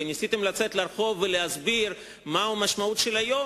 וניסיתם לצאת לרחוב ולהסביר מהי המשמעות של היום,